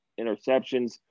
interceptions